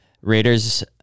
Raiders